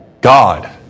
God